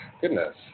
Goodness